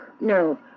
no